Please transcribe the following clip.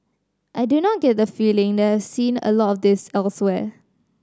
I do not get the feeling that I have seen a lot of this elsewhere